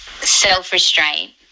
self-restraint